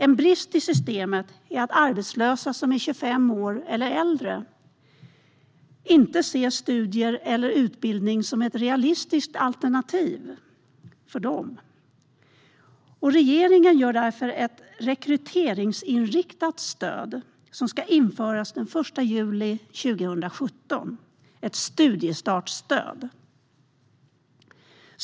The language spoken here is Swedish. En brist i systemet är att arbetslösa som är 25 år eller äldre inte ser studier och utbildning som ett realistiskt alternativ för dem. Regeringen gör därför ett rekryteringsinriktat stöd som ska införas den 1 juli 2017, ett studiestartsstöd.